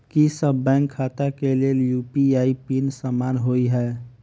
की सभ बैंक खाता केँ लेल यु.पी.आई पिन समान होइ है?